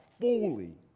fully